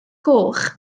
goch